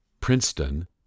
Princeton